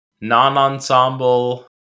non-ensemble